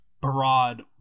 broad